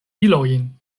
ilojn